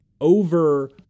over